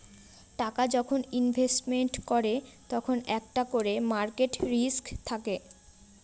টাকা যখন ইনভেস্টমেন্ট করে তখন একটা করে মার্কেট রিস্ক থাকে